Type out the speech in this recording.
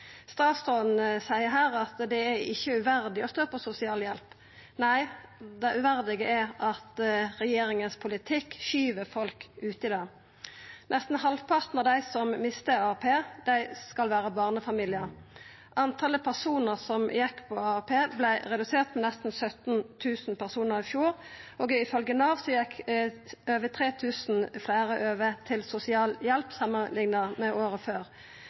Nei, det uverdige er at regjeringas politikk skyv folk ut i det. Nesten halvparten av dei som mista AAP, er barnefamiliar. Talet på personar som gjekk på AAP, vart redusert med nesten 17 000 personar i fjor, og ifølgje Nav gjekk over 3 000 fleire over på sosialhjelp samanlikna med året før.